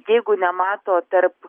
jeigu nemato tarp